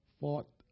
fought